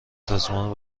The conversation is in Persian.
سازمانها